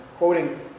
Quoting